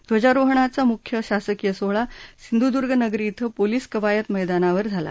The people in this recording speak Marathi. ध्वजारोहणाचा मुख्य शासकीय सोहळा सिंधूर्द्गनगरी कें पोलीस कवायत मैदानावर झाला